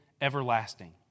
everlasting